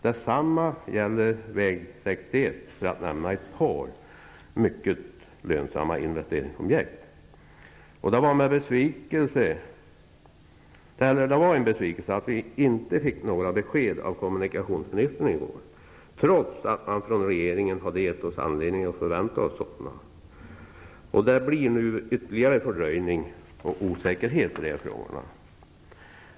Detsamma gäller väg 61, om man nu skall nämna ett par mycket lönsamma investeringsprojekt. Det var en besvikelse att vi inte fick några besked av kommunikationsministern i går, trots att man från regeringen gett oss anledning att förvänta sådana. Det blir nu ytterligare fördröjning och osäkerhet i dessa frågor.